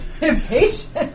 Impatient